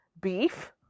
beef